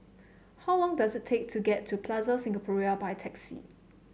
how long does it take to get to Plaza Singapura by taxi